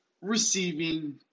receiving